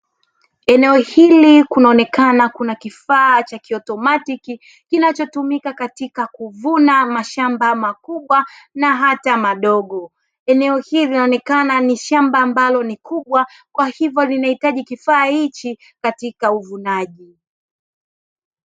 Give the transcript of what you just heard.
Eneo hili kunaonekana kuna kifaa cha kiautomatiki kinachotumika katika kuvuna mashamba makubwa na hata madogo. Eneo hili linaonekana ni shamba ambalo ni kubwa kwa hivyo linahitaji kifaa hichi katika uvunaji.